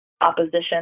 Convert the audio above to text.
opposition